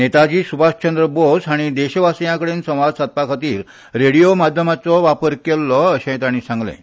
नेताजी सुभाषचंद्र बोस हांणी देशवासियां कडेन संवाद सादपा खातीर रेडियो माध्यमाचो वापर केल्लो अशेंय तांणी सांगलें